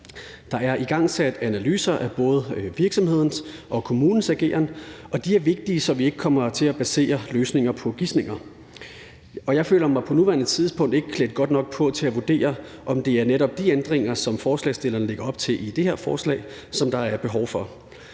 Der er igangsat analyser af både virksomhedens og kommunens ageren, og de er vigtige, så vi ikke kommer til at basere løsninger på gisninger. Jeg føler mig på nuværende tidspunkt ikke klædt godt nok på til at vurdere, om det er netop de ændringer, som forslagsstillerne lægger op til i det her forslag, som der er behov for.